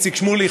איציק שמולי,